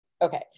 Okay